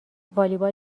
والیبال